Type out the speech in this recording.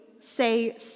say